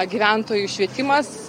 gyventojų švietimas